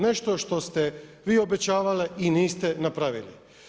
Nešto što ste vi obećavali i niste napravili.